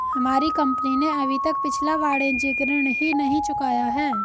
हमारी कंपनी ने अभी तक पिछला वाणिज्यिक ऋण ही नहीं चुकाया है